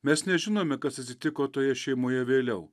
mes nežinome kas atsitiko toje šeimoje vėliau